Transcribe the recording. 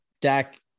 Dak